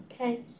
Okay